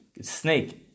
snake